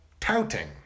touting